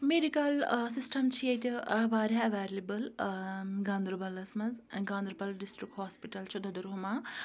medical system چھُ ییٚتہِ واریاہ اَویلِبٕل گاندَربَلَس مَنٛز گاندَربَل ڈِسٹرک ہوسپِٹَل چھُ دوٚدُرہُما